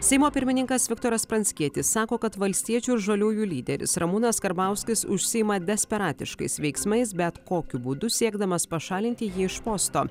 seimo pirmininkas viktoras pranckietis sako kad valstiečių žaliųjų lyderis ramūnas karbauskis užsiima desperatiškais veiksmais bet kokiu būdu siekdamas pašalinti jį iš posto